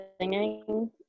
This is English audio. singing